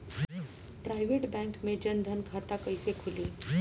Private bank मे जन धन खाता कैसे खुली?